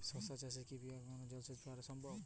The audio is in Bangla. শশা চাষে কি স্প্রিঙ্কলার জলসেচ করা যায়?